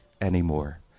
anymore